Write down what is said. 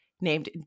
named